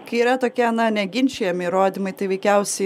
kai yra tokie na neginčijami įrodymai tai veikiausiai